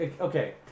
Okay